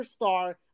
superstar